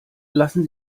lassen